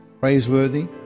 praiseworthy